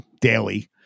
daily